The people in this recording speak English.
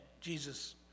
Jesus